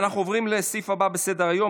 אנחנו עוברים לסעיף הבא בסדר-היום,